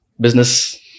business